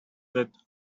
that